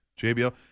JBL